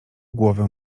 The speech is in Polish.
głowę